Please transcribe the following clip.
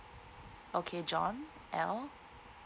okay john L